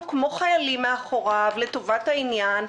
כמו חיילים מאחוריו לטובת העניין.